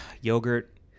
yogurt